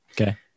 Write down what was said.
Okay